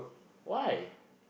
why